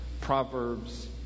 Proverbs